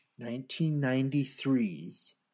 1993's